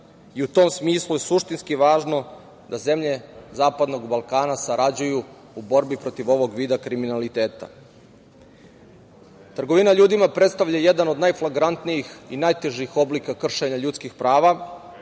i u tom smislu je suštinski važno da zemlje Zapadnog Balkana sarađuju u borbi protiv ovog vida kriminaliteta. Trgovina ljudima predstavlja jedan od najflagrantnijih i najtežih oblika kršenja ljudskih prava